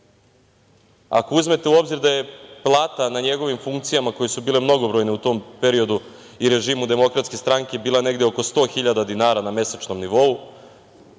uzmete u obzir da je plata na njegovim funkcijama koje su bile mnogobrojne u tom periodu i režimu Demokratske stranke bila negde oko 100 hiljada dinara na mesečnom nivou,